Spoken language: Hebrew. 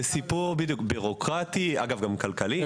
זה סיפור ביורוקרטי וכלכלי.